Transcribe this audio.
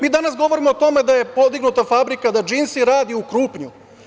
Mi danas govorimo o tome da je podignuta fabrika, da „Džinsi“ radi u Krupnju.